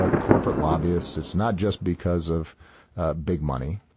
ah corporate lobbyists. it's not just because of big money.